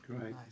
Great